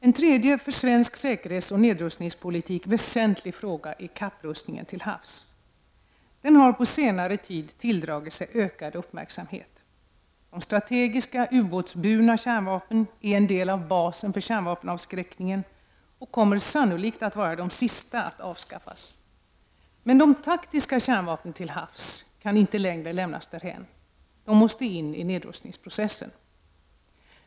En tredje för svensk säkerhetsoch nedrustningspolitik väsentlig fråga är kapprustningen till havs. Den har på senare tid tilldragit sig ökad uppmärksamhet. De strategiska, ubåtsburna kärnvapnen är en del av basen för kärnvapenavskräckningen och kommer sannolikt att vara de sista att avskaffas. Men de taktiska kärnvapnen till havs kan inte längre lämnas därhän. De måste in i nedrustningsprocessen.